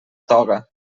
toga